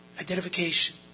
identification